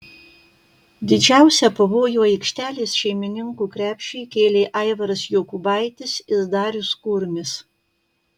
didžiausią pavojų aikštelės šeimininkų krepšiui kėlė aivaras jokubaitis ir darius kurmis